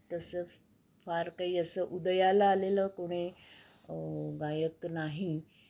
तसं फार काही असं उदयाला आलेलं कोणी गायक नाही